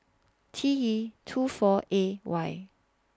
T E two four A Y